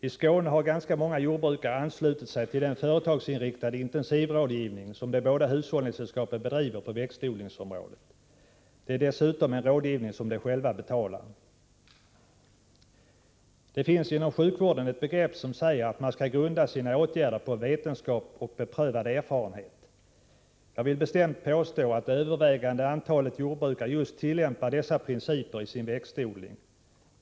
I Skåne har ganska många jordbrukare anslutit sig till den företagsinriktade intensivrådgivning som de båda hushållningssällskapen bedriver på växtodlingsområdet. Det är dessutom en rådgivning som de själva betalar. Det finns inom sjukvården ett begrepp som säger att man skall grunda sina åtgärder på ”vetenskap och beprövad erfarenhet”. Jag vill bestämt påstå att det överväldigande antalet jordbrukare i sin växtodling tillämpar just dessa principer.